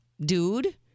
dude